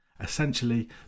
Essentially